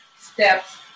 steps